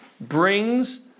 brings